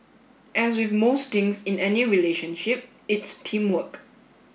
as with most things in any relationship it's teamwork